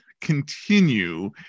continue